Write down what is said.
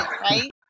right